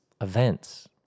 events